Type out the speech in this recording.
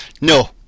No